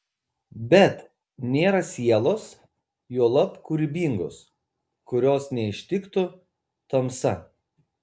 bet nėra sielos juolab kūrybingos kurios neištiktų tamsa